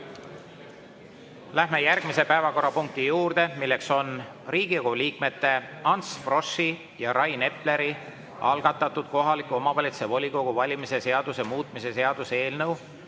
Läheme järgmise päevakorrapunkti juurde: Riigikogu liikmete Ants Froschi ja Rain Epleri algatatud kohaliku omavalitsuse volikogu valimise seaduse muutmise seaduse eelnõu